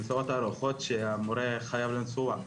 הנסיעות הארוכות שהמורה חייב לנסוע,